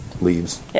leaves